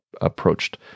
approached